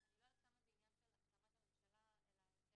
אני לא יודעת עד כמה זה עניין של הסכמת הממשלה אלא יותר